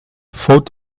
thought